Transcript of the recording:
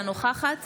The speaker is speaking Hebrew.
אינה נוכחת